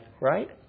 right